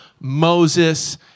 Moses